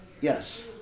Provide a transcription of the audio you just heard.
Yes